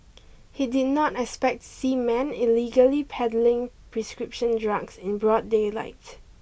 he did not expect see men illegally peddling prescription drugs in broad daylight